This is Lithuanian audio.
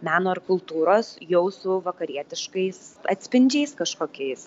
meno ar kultūros jau su vakarietiškais atspindžiais kažkokiais